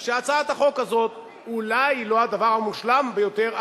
הוא שהצעת החוק הזאת אולי היא לא הדבר המושלם ביותר,